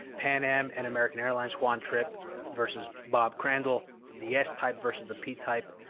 pan am and american airlines, juan trippe versus bob crandall. the s-type versus the p-type.